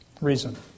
reason